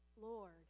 Lord